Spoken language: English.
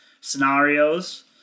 scenarios